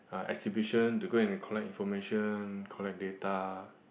uh exhibition to go and collect information collect data